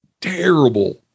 terrible